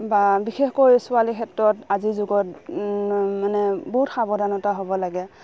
বা বিশেষকৈ ছোৱালীৰ ক্ষেত্ৰত আজিৰ যুগত মানে বহুত সাৱধানতা হ'ব লাগে